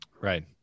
Right